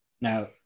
now